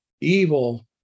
evil